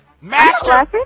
Master